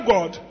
God